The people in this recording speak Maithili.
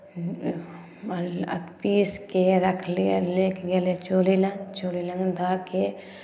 पीस कऽ रखली आ लए कऽ गेली चूल्हि लग चूल्हि लग धऽ कऽ